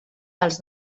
dels